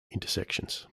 intersections